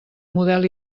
model